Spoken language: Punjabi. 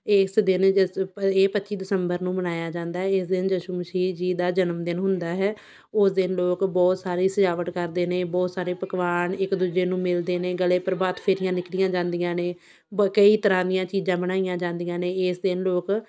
ਇਸ ਦਿਨ ਜਿਸ ਉੱਪ ਇਹ ਪੱਚੀ ਦਸੰਬਰ ਨੂੰ ਮਨਾਇਆ ਜਾਂਦਾ ਇਸ ਦਿਨ ਯਿਸ਼ੂ ਮਸੀਹ ਜੀ ਦਾ ਜਨਮਦਿਨ ਹੁੰਦਾ ਹੈ ਉਸ ਦਿਨ ਲੋਕ ਬਹੁਤ ਸਾਰੀ ਸਜਾਵਟ ਕਰਦੇ ਨੇ ਬਹੁਤ ਸਾਰੇ ਪਕਵਾਨ ਇੱਕ ਦੂਜੇ ਨੂੰ ਮਿਲਦੇ ਨੇ ਗਲੇ ਪ੍ਰਭਾਤ ਫੇਰੀਆਂ ਨਿਕਲੀਆਂ ਜਾਂਦੀਆਂ ਨੇ ਕਈ ਤਰ੍ਹਾਂ ਦੀਆਂ ਚੀਜ਼ਾਂ ਬਣਾਈਆਂ ਜਾਂਦੀਆਂ ਨੇ ਇਸ ਦਿਨ ਲੋਕ